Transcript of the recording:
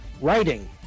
writing